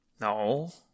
No